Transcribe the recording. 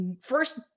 first